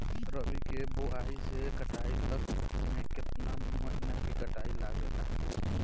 रबी के बोआइ से कटाई तक मे केतना महिना के टाइम लागेला?